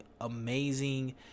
amazing